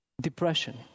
depression